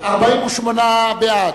48 בעד,